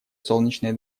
солнечной